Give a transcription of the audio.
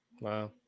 Wow